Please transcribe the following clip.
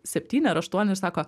septyni ar aštuoni ir sako